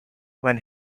when